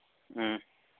ꯎꯝ